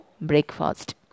breakfast